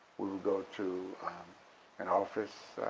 we would go to an office,